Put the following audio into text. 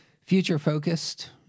Future-focused